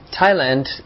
Thailand